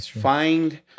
find